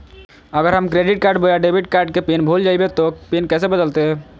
अगर हम क्रेडिट बोया डेबिट कॉर्ड के पिन भूल जइबे तो पिन कैसे बदलते?